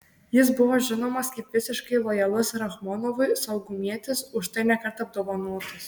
jis buvo žinomas kaip visiškai lojalus rachmonovui saugumietis už tai ne kartą apdovanotas